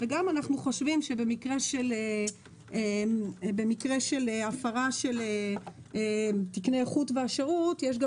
וגם אנחנו חושבים שבמקרה של הפרה של תקני איכות ושירות יש גם